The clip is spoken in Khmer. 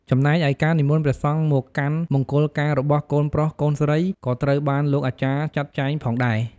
ចំណែកឯការនិមន្តព្រះសង្ឃមកកាន់មង្គលការរបស់កូនប្រុសកូនស្រី ក៏ត្រូវបានលោកអាចារ្យចាក់ចែងផងដែរ។